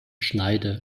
schneide